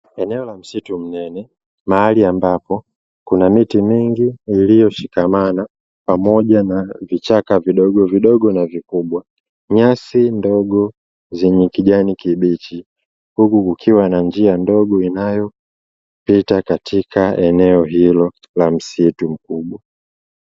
Eneo la msitu mnene, mahali ambapo kuna miti mingi iliyoshikamana pamoja na vichaka vidogo vidogo na vikubwa, nyasi ndogo zenye kijani kibichi, huku kukiwa na njia ndogo inayopita katika eneo hilo la msitu mkubwa.